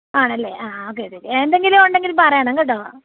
ആണല്ലേ ആ അതെ അതെ എന്തെങ്കിലും ഉണ്ടെങ്കിൽ പറയണം കേട്ടോ